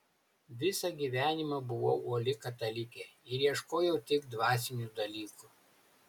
visą gyvenimą buvau uoli katalikė ir ieškojau tik dvasinių dalykų